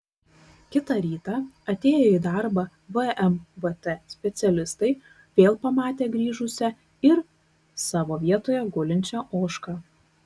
kitą rytą atėję į darbą vmvt specialistai vėl pamatė grįžusią ir savo vietoje gulinčią ožką